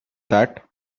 that